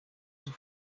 sus